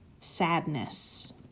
sadness